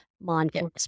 mindfulness